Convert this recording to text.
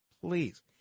Please